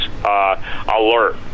alert